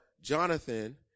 Jonathan